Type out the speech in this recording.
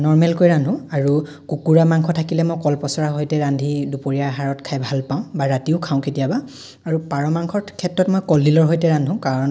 নৰ্মেলকৈ ৰান্ধো আৰু কুকুৰাৰ মাংস থাকিলে মই কল পচলাৰ সৈতে ৰান্ধি দুপৰীয়াৰ আহাৰত খাই ভাল পাওঁ বা ৰাতিও খাওঁ কেতিয়াবা আৰু পাৰ মাংসৰ ক্ষেত্ৰত মই কলডিলৰ সৈতে ৰান্ধো কাৰণ